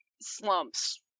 slumps